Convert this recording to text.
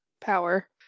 power